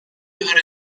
ieħor